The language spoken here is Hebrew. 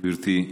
גברתי.